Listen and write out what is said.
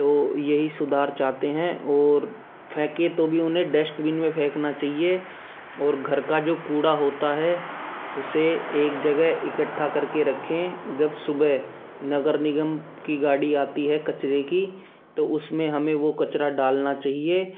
तो यही सुधार चाहते हैं और फेंके तो भी उन्हें डस्टबिन में फेकना चहिए और घर का जो कूड़ा होता है उसे एक जगह इकट्ठा करके रखें जब सुबह नगर निगम की गाड़ी आती है कचरे की तो उसमें हमें वो कचरा डालना चहिए